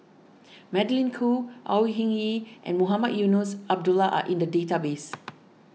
Magdalene Khoo Au Hing Yee and Mohamed Eunos Abdullah are in the database